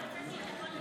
זהו, סיימתי.